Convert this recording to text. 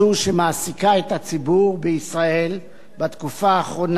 שמעסיקה את הציבור בישראל בתקופה האחרונה,